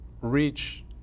reach